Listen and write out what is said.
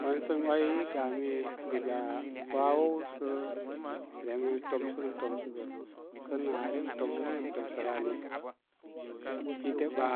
Wanu sə mi way i gami diga wawow sə re mi ren tomsəgə tomsə sə nə aa remi tomini tomsə rə ani site ɓa